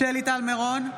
טל מירון,